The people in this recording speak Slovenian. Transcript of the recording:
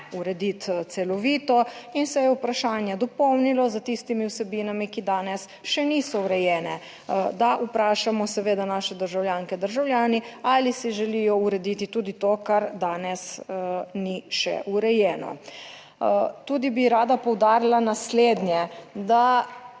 urediti celovito in se je vprašanje dopolnilo s tistimi vsebinami, ki danes še niso urejene, da vprašamo seveda naše državljanke in državljani ali si želijo urediti tudi to, kar danes ni še urejeno. Tudi bi rada poudarila naslednje, da